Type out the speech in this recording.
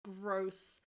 gross